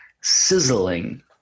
sizzling